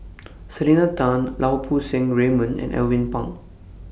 Selena Tan Lau Poo Seng Raymond and Alvin Pang